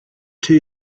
two